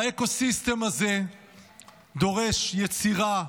האקו-סיסטם הזה דורש יצירה,